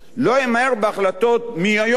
לא ימהר בהחלטות מהיום למחר.